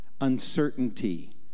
uncertainty